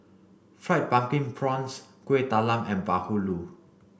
fried pumpkin prawns Kuih Talam and Bahulu